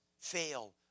fail